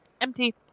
empty